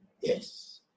Yes